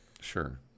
Sure